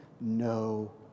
no